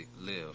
live